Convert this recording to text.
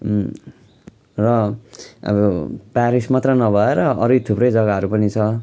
र अब प्यारिस मात्र नभएर अरू नै थुप्रै जगाहरू पनि छ